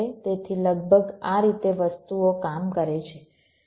તેથી લગભગ આ રીતે વસ્તુઓ કામ કરે છે